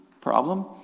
problem